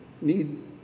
need